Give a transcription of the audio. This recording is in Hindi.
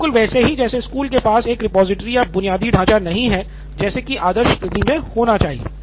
बिलकुल वैसे ही जैसे स्कूल के पास एक रिपॉजिटरी या बुनियादी ढाँचा नहीं है जैसे कि आदर्श स्थिति मे होना चाहिए